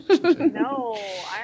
No